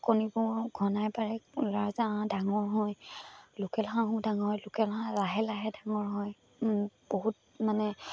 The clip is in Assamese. কণীবোৰ ঘনাই পাৰে ৰাজহাঁহ ডাঙৰ হয় লোকেল হাঁহো ডাঙৰ লোকেল হাঁহ লাহে লাহে ডাঙৰ হয় বহুত মানে